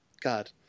God